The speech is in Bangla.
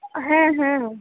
হ্যাঁ হ্যাঁ